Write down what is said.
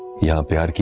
ya me ah